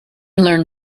learn